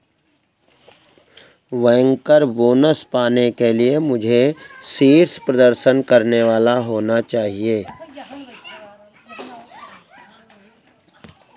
banker bonus पाने के लिए मुझे शीर्ष प्रदर्शन करने वाला होना चाहिए